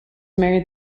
married